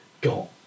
got